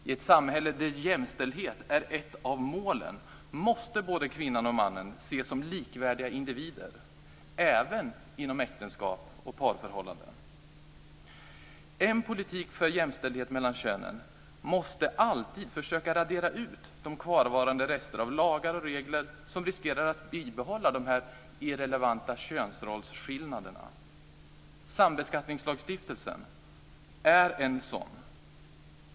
I ett samhälle där jämställdhet är ett av målen måste både kvinnan och mannen ses som likvärdiga individer, även inom äktenskap och parförhållanden. En politik för jämställdhet mellan könen måste alltid försöka att radera ut de kvarvarande resterna av lagar och regler som riskerar att bibehålla de irrelevanta könsrollsskillnaderna. Sambeskattningslagstiftningen är en sådan.